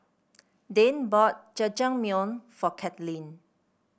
Dayne bought Jajangmyeon for Katlyn